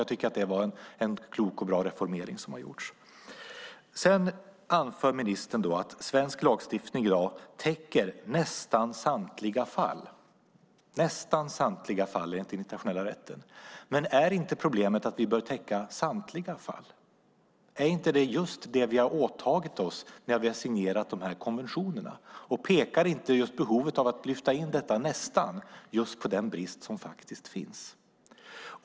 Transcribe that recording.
Jag tycker att det är en klok och bra reformering som har gjorts. Sedan anför ministern att svensk lagstiftning i dag täcker "nästan samtliga fall" enligt den internationella rätten. Men är inte problemet att vi bör täcka samtliga fall? Är det inte just det vi har åtagit oss när vi har signerat de här konventionerna? Pekar inte behovet av att lyfta in detta just på den brist som faktiskt finns?